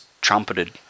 trumpeted